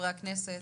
חברי הכנסת,